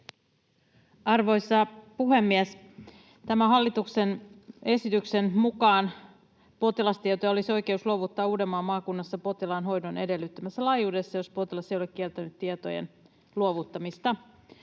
Arvoisa puhemies! Tämän hallituksen esityksen mukaan potilastietoja olisi oikeus luovuttaa Uudenmaan maakunnassa potilaan hoidon edellyttämässä laajuudessa, jos potilas ei ole kieltänyt tietojen luovuttamista.